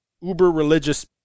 uber-religious